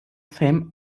fame